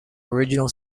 original